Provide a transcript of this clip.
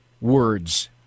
words